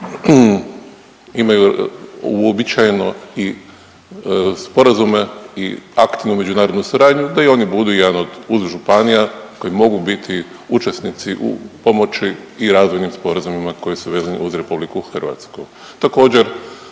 rekao imaju uobičajeno i sporazume i akt na međunarodnu suradnju da i oni budu jedan od … županija koji mogu biti učesnici u pomoći i razvojnim sporazumima koji su vezani uz RH.